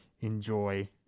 enjoy